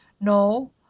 No